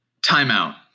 Timeout